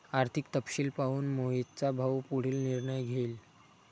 आर्थिक तपशील पाहून मोहितचा भाऊ पुढील निर्णय घेईल